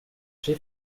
j’ai